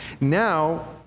now